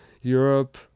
Europe